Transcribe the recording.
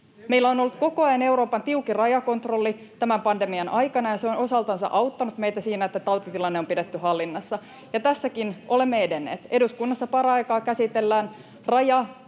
Meillä on ollut koko ajan Euroopan tiukin rajakontrolli tämän pandemian aikana, ja se on osaltansa auttanut meitä siinä, että tautitilanne on pidetty hallinnassa, ja tässäkin olemme edenneet. Eduskunnassa paraikaa käsitellään raja-HE-esitystä,